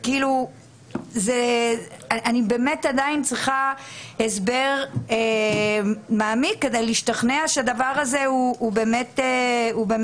אני באמת עדיין צריכה הסבר מעמיק כדי להשתכנע שהדבר הזה הוא באמת